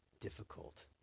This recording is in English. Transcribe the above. difficult